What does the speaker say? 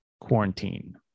quarantine